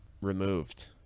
removed